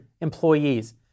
employees